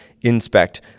inspect